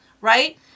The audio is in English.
right